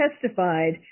testified